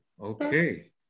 Okay